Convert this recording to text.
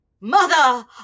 Mother